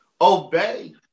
obey